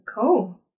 Cool